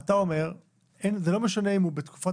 אתה אומר שזה לא משנה אם הוא בתקופת